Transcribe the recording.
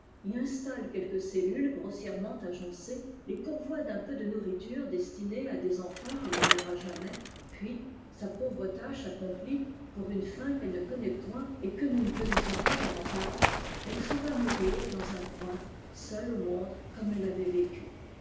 y installe quelques cellules grossièrement agencées les pourvoit d un peu de nourriture destinée à des enfants qu'elle ne verra jamais puis sa pauvre lâche accomplie pour une fin qu'elle ne connaît point et que nous ne connaissons pas davantage elle s'en va mourir dans un coin seule au monde comme elle avait vécu